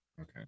Okay